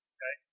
Okay